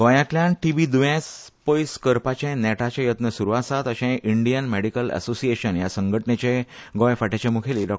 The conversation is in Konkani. गोंयांतल्यान टीबी द्येंस पयस करपाचें नेटाचे यत्न सुरू जाल्यात अशें इंडियन मॅडीकल असोसिएशन हे संघटणेचे गोंय फांट्याचे मुखेली डॉ